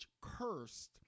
cursed